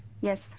Yes